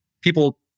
people